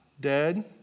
Dead